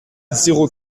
zéro